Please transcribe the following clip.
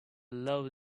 love